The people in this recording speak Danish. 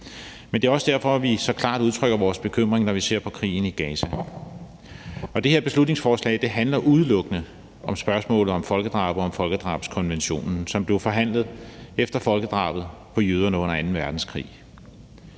Men det er også derfor, vi så klart udtrykker vores bekymring, når vi ser på krigen i Gaza. Det her beslutningsforslag handler udelukkende om spørgsmålet om folkedrab og om folkedrabskonventionen, som blev forhandlet efter folkedrabet på jøderne under anden verdenskrig.